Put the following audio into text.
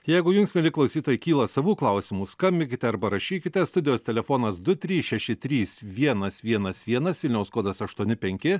jeigu jums mieli klausytojai kyla savų klausimų skambinkite arba rašykite studijos telefonas du trys šeši trys vienas vienas vienas vilniaus kodas aštuoni penki